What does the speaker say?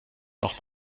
noch